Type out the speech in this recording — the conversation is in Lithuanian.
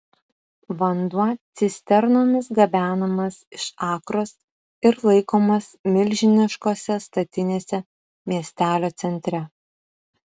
vanduo cisternomis gabenamas iš akros ir laikomas milžiniškose statinėse miestelio centre